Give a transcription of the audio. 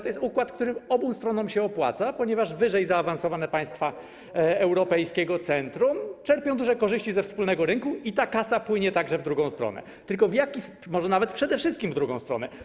To jest układ, który obu stronom się opłaca, ponieważ wyżej zaawansowane państwa europejskiego centrum czerpią duże korzyści ze wspólnego rynku i ta kasa płynie także w drugą stronę - może nawet przede wszystkim w drugą stronę.